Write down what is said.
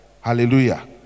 hallelujah